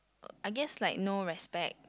I guess like no respect